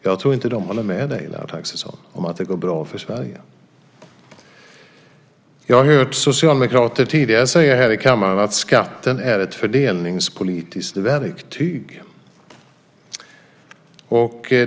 Jag tror inte att de håller med Lennart Axelsson om att det går bra för Sverige. Jag har tidigare hört socialdemokrater säga i kammaren att skatten är ett fördelningspolitiskt verktyg.